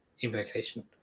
invocation